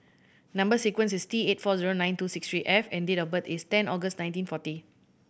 number sequence is T eight four zero nine two six three F and date of birth is ten August nineteen forty